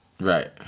Right